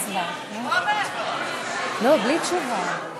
אין דבר כזה, ההצבעה צריכה להיות עכשיו.